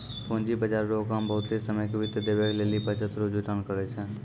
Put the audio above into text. पूंजी बाजार रो काम बहुते समय के वित्त देवै लेली बचत रो जुटान करै छै